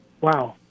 Wow